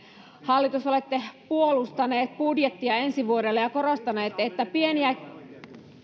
hallitus olette puolustaneet budjettia ensi vuodelle ja ja korostaneet että